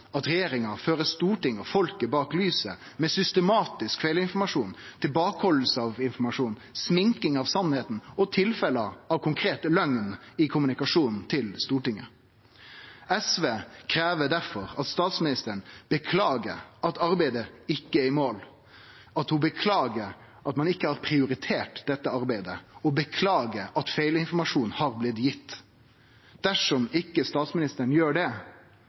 at regjeringa fører Stortinget og folket bak lyset ved å systematisk feilinformere, hale tilbake informasjon og sminke sanninga, og med tilfelle av konkret løgn i kommunikasjonen med Stortinget. SV krev difor at statsministeren beklagar at arbeidet ikkje er i mål, at ho beklagar at ein ikkje har prioritert dette arbeidet, og at ho beklagar at feilinformasjon har blitt gitt. Dersom ikkje statsministeren gjer det,